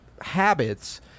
habits